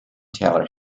taylor